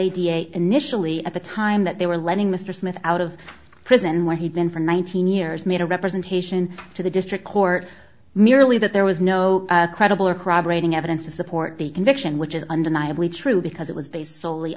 a initially at the time that they were letting mr smith out of prison where he'd been from one thousand years made a representation to the district court merely that there was no credible or corroborating evidence to support the conviction which is undeniably true because it was based solely